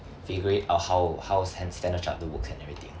figure it out how how stan~ Standard Chartered works and everything